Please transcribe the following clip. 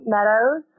Meadows